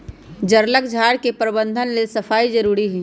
जङगल झार के प्रबंधन लेल सफाई जारुरी हइ